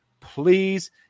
please